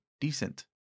decent